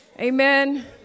Amen